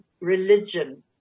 religion